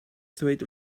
ddweud